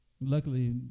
Luckily